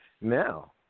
Now